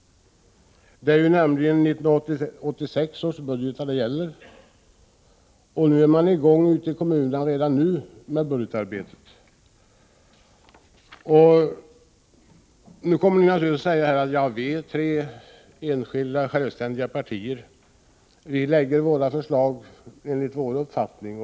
Det är nämligen 1986 års budgetar det gäller, och ute i kommunerna är man redan i gång med budgetarbetet. Ni kommer naturligtvis att säga: Vi är tre självständiga partier och lägger fram våra förslag enligt vår uppfattning.